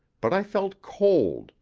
but i felt cold,